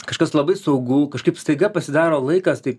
kažkas labai saugu kažkaip staiga pasidaro laikas taip